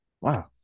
wow